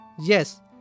Yes